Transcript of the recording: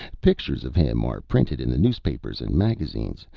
pictures of him are printed in the newspapers and magazines.